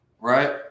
right